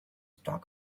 talk